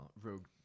rogue